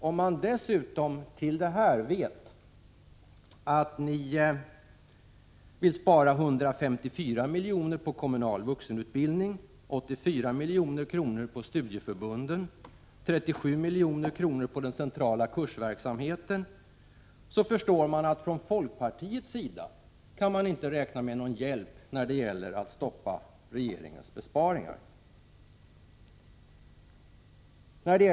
Om man dessutom vet att ni vill spara 154 milj.kr. på kommunal vuxenutbildning, 84 milj.kr. på studieförbunden och 37 milj.kr. på den centrala kursverksamheten, förstår man att man från folkpartiet inte kan räkna med någon hjälp när det gäller att stoppa regeringens besparingar.